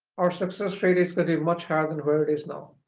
our success rate is going to be much higher than where it is now.